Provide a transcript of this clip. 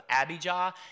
Abijah